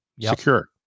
secure